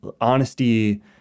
Honesty